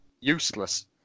useless